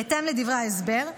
בהתאם לדברי ההסבר,